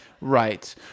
Right